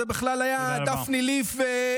זה בכלל היה דפני ליף,